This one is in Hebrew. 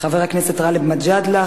חבר הכנסת גאלב מג'אדלה,